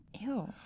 Ew